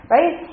Right